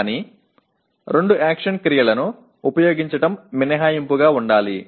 కానీ రెండు యాక్షన్ క్రియలను ఉపయోగించడం మినహాయింపుగా ఉండాలి